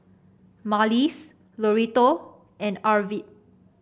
Marlys Loretto and Arvid